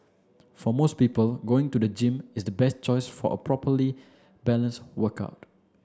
for most people going to the gym is the best choice for a properly balanced workout